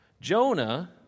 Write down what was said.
Jonah